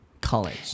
College